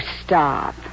stop